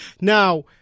Now